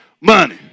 money